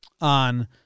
on